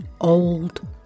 old